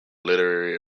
literary